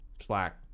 slack